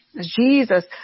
Jesus